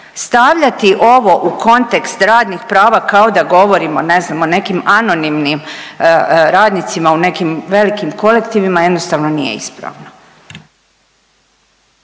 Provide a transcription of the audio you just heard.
Stavljati ovo u kontekst radnih prava kao da govorimo ne znam o nekim anonimnim radnicima u nekim velikim kolektivima jednostavno nije ispravno.